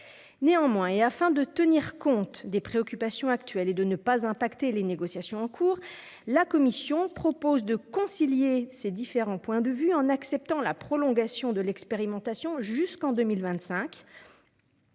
Néanmoins, afin de tenir compte des préoccupations actuelles et de ne pas influer sur les négociations en cours, la commission propose de concilier les différents points de vue en acceptant la prolongation de l'expérimentation jusqu'en 2025,